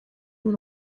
nur